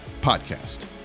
Podcast